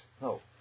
No